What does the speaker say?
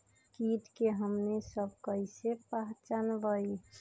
किट के हमनी सब कईसे पहचान बई?